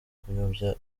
kuyobya